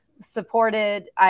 Supported